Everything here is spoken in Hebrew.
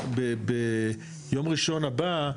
ביום ראשון הבא,